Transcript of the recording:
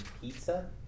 pizza